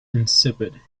insipid